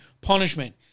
Punishment